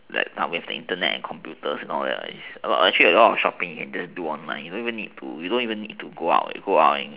that with the internet and computer and all that actually all shopping you can just do online you don't even need you don't need to go out go out and